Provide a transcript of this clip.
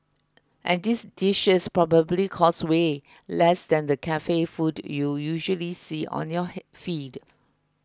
and these dishes probably cost way less than the cafe food you usually see on your head feed